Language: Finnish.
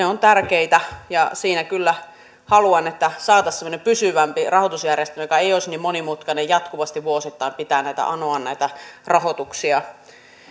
ovat tärkeitä kyllä haluan että saataisiin semmoinen pysyvämpi rahoitusjärjestelmä joka ei olisi niin monimutkainen jatkuvasti vuosittain pitää näitä rahoituksia anoa